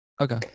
Okay